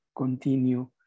continue